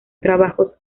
trabajos